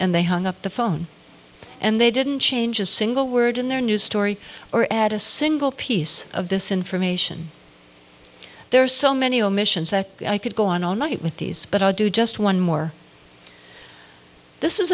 and they hung up the phone and they didn't change a single word in their new story or add a single piece of this information there are so many omissions that i could go on all night with these but i do just one more this is